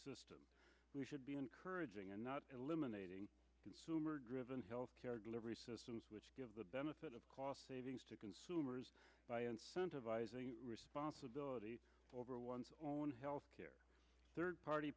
system we should be encouraging and not eliminating consumer driven health care delivery systems which give the benefit of cost savings to consumers responsibility over ones own health care third party